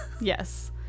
Yes